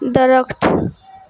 درخت